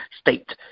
state